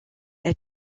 elle